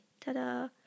Ta-da